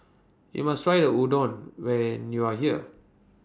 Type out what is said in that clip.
YOU must Try Udon when YOU Are here